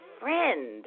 friend